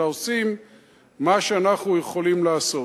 אלא עושים מה שאנחנו יכולים לעשות.